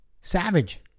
Savage